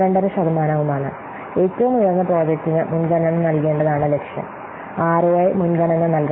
5 ശതമാനവുമാണ് ഏറ്റവും ഉയർന്ന പ്രോജക്റ്റിന് മുൻഗണന നൽകേണ്ടതാണ് ലക്ഷ്യം ആർഒഐ മുൻഗണന നൽകണം